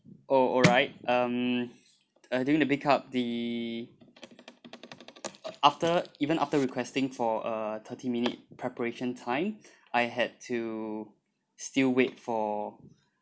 oh alright um uh during the pickup the after even after requesting for a thirty minute preparation time I had to still wait for